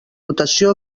dotació